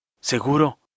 Seguro